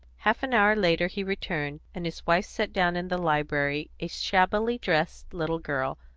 half an hour later he returned, and his wife set down in the library a shabbily dressed little girl,